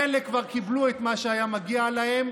חלק כבר קיבלו את מה שהגיע להם,